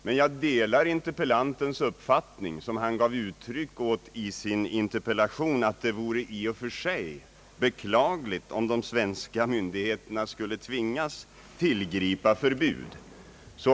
Men jag delar den uppfattning som interpellanten gav uttryck åt i sin interpellation, att det vore i och för sig beklagligt om de svenska myndigheterna skulle tvingas tillgripa förbud.